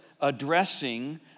addressing